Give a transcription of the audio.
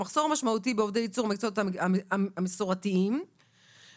המחסור משמעותי בעובדי ייצור במקצועות המסורתיים בתעשייה,